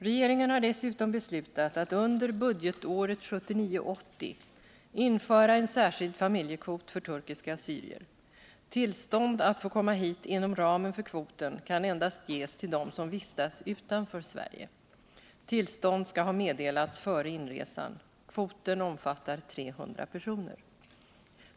Regeringen har dessutom beslutat att under budgetåret 1979/80 införa en särskild familjekvot för turkiska assyrier. Tillstånd att få komma hit inom ramen för kvoten kan endast ges till dem som vistas utanför Sverige. Tillstånd skall ha meddelats före inresan. Kvoten omfattar 300 personer.